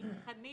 מבחנים